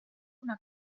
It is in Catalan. una